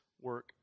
work